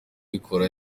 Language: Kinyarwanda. bikora